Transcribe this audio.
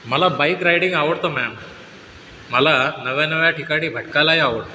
मला bike riding आवडतं ma'am मला नव्या नव्या ठिकाणी भटकायलाही आवड